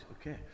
Okay